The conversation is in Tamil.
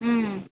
ம்